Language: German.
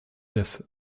des